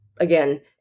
again